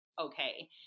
okay